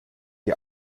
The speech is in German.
die